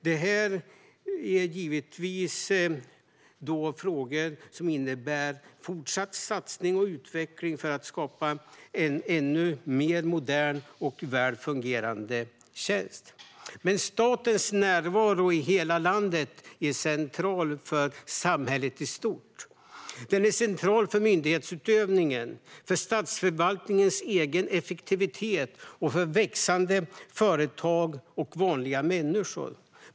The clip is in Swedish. Dessa frågor innebär givetvis att satsningen och utvecklingen för att skapa en ännu mer modern och välfungerande tjänst fortsätter, men statens närvaro i hela landet är central för samhället i stort. Den är central för myndighetsutövningen, för statsförvaltningens egen effektivitet, för växande företag och för vanliga människor.